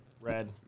Red